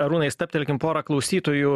arūnai stabtelkim pora klausytojų